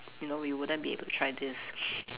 you know we wouldn't be able to try this